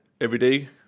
everyday